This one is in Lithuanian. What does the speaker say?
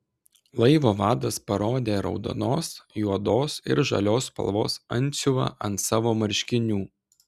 laivo vadas parodė raudonos juodos ir žalios spalvos antsiuvą ant savo marškinių